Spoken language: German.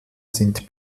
sind